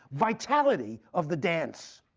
vitality of the dance.